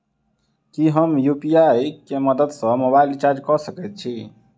की हम यु.पी.आई केँ मदद सँ मोबाइल रीचार्ज कऽ सकैत छी?